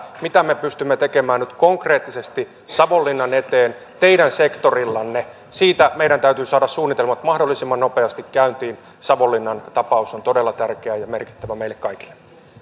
mitä me pystymme tekemään nyt konkreettisesti savonlinnan eteen teidän sektorillanne siitä meidän täytyy saada suunnitelmat mahdollisimman nopeasti käyntiin savonlinnan tapaus on todella tärkeä ja merkittävä meille kaikille